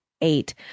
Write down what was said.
eight